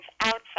outside